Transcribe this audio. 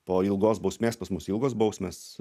po ilgos bausmės pas mus ilgos bausmės